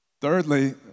Thirdly